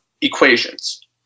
equations